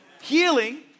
Healing